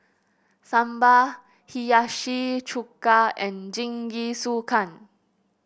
Sambar Hiyashi Chuka and Jingisukan